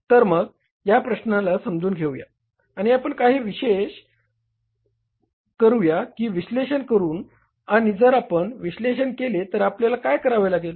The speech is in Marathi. तर मग या प्रश्नाला समजू घेऊया आणि आपण काही विश्लेषण करुया आणि जर आपण विश्लेषण केले तर आपल्याला काय करावे लागेल